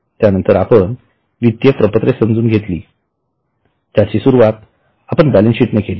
त्या नंतर आपण वित्तीय प्रपत्रे समजून घेतली ज्याची सुरुवात आपण बॅलन्सशीटने केली